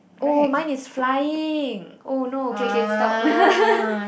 oh mine is flying oh no k k stop